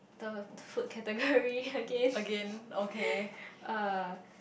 the food category okay uh